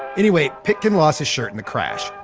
anyway, pitkin lost his shirt in the crash,